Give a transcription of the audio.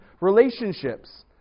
relationships